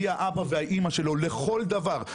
היא האבא והאימא שלו לכל דבר,